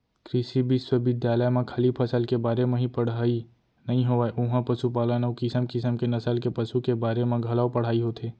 कृषि बिस्वबिद्यालय म खाली फसल के बारे म ही पड़हई नइ होवय उहॉं पसुपालन अउ किसम किसम के नसल के पसु के बारे म घलौ पढ़ाई होथे